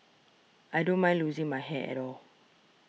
I don't mind losing my hair at all